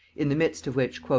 in the midst of which,